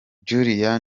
julia